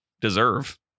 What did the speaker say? deserve